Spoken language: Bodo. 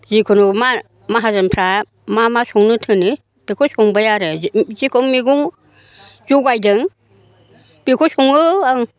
जिखुनु मा माहाजोनफ्रा मा मा संनो थिनो बेखौ संबाय आरो जे जेखौ मैगं जगायदों बेखौ सङो आं